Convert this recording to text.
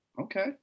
Okay